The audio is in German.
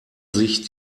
sich